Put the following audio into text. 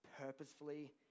purposefully